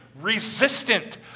resistant